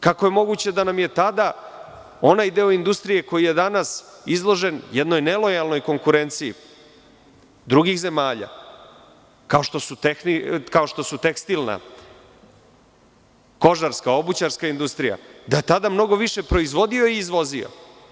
Kako je moguće da nam je tada onaj deo industrije koji je danas izložen jednoj nelojalnoj konkurenciji drugih zemalja, kao što su tekstilna, kožarska, obućarska industrija, da je tada mnogo više proizvodio i izvozio?